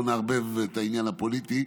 לא נערב את העניין הפוליטי,